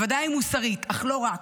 בוודאי מוסרית אך לא רק,